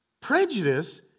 Prejudice